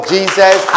Jesus